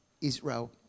Israel